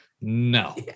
No